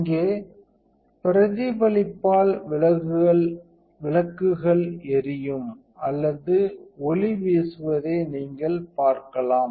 இங்கே பிரதிபலிப்பால் விளக்குகள் எரியும் அல்லது ஒளி வீசுவதை நீங்கள் பார்க்கலாம்